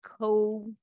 co-